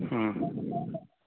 ம்